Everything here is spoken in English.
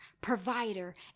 provider